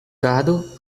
gado